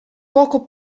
poco